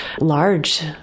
large